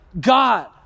God